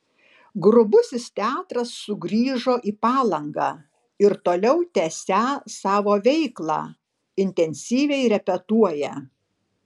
grubusis teatras sugrįžo į palangą ir toliau tęsią savo veiklą intensyviai repetuoja